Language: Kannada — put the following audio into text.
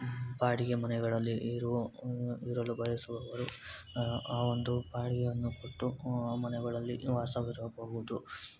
ಬಾಡಿಗೆ ಮನೆಗಳಲ್ಲಿ ಇರುವ ಇರಲು ಬಯಸುವವರು ಆ ಒಂದು ಬಾಡಿಗೆಯನ್ನು ಕೊಟ್ಟು ಆ ಮನೆಗಳಲ್ಲಿ ವಾಸವಿರಬಹುದು